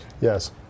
Yes